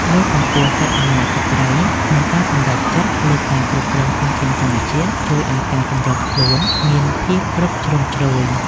លើកកម្ពស់សិទ្ធិអំណាចស្ត្រីក្នុងការសម្រេចចិត្តលើការគ្រប់គ្រងធនធានធម្មជាតិជួយឱ្យការសម្របខ្លួនមានភាពគ្រប់ជ្រុងជ្រោយ។